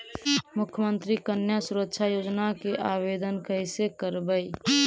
मुख्यमंत्री कन्या सुरक्षा योजना के आवेदन कैसे करबइ?